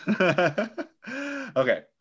okay